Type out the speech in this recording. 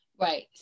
right